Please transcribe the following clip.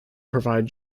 provide